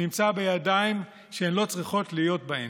נמצא בידיים שהוא לא צריך להיות בהן.